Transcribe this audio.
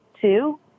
two